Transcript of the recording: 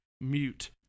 mute